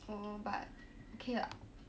oh but okay lah